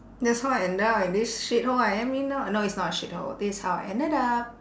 that's how I ended up in this shithole I am in now I know it's not a shithole this is how I ended up